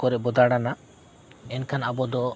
ᱠᱚᱨᱮ ᱵᱚ ᱫᱟᱬᱟᱱᱟ ᱮᱱᱠᱷᱟᱱ ᱟᱵᱚ ᱫᱚ